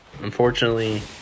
unfortunately